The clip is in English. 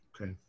Okay